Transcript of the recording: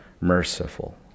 merciful